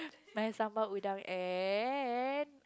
my sambal-udang and